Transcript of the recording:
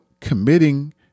committing